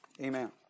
Amen